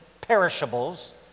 perishables